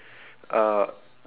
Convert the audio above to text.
uh